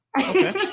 Okay